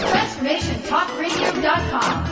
TransformationTalkRadio.com